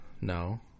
No